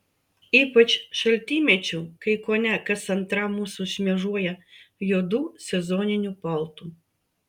ypač šaltymečiu kai kone kas antra mūsų šmėžuoja juodu sezoniniu paltu